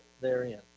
therein